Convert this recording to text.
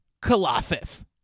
Colossus